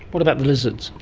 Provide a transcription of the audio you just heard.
what about lizards?